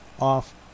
off